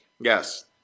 Yes